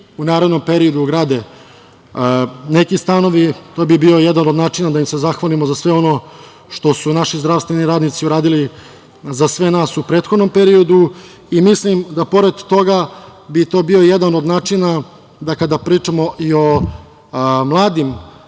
u narednom periodu grade neki stanovi. To bi bio jedan od načina da im se zahvalimo za sve ono što su naši zdravstveni radnici uradili za sve nas u prethodnom periodu. Mislim da bi pored toga to bio jedan od način da kada pričamo i o mladim